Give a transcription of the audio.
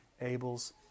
Abel's